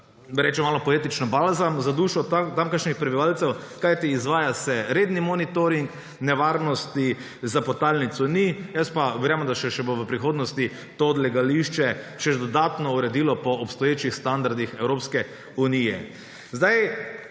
rečem malo poetično, balzam za dušo tamkajšnjih prebivalcev, kajti izvaja se redni monitoring, nevarnosti za podtalnico ni. Jaz pa verjamem, da bo še v prihodnosti to odlagališče še dodatno uredilo po obstoječih standardih Evropske unije.